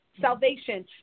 salvation